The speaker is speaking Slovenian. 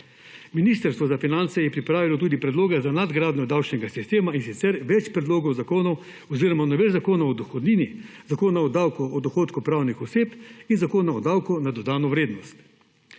Ministrstvo za finance je pripravilo tudi predloge za nadgradnjo davčnega sistema, in sicer več predlogov zakonov oziroma novel zakonov o dohodnini, Zakona o davku od dohodkov pravnih oseb in Zakona o davku na dodano vrednost.